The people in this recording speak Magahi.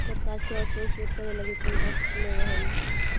सरकार सड़क के उपयोग करे लगी टोल टैक्स लेवऽ हई